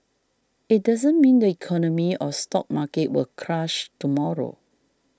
it doesn't mean the economy or stock market will crash tomorrow